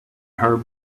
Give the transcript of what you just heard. her